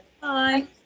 Bye